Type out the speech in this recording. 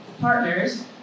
partners